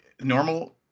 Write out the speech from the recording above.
normal